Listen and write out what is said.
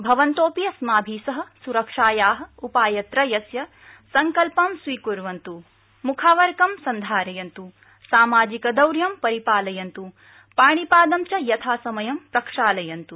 भवन्तोऽपि अस्माभि सह सुरक्षाया उपायत्रयस्य सङ्कल्पं स्वीकुर्वन्तु मुखावरकं सन्धारयन्तु सामाजिकदौर्यं परिपालयन्तु पाणिपादं च यथासमयं प्रक्षालयन्तु